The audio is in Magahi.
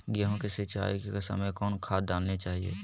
गेंहू के सिंचाई के समय कौन खाद डालनी चाइये?